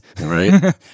Right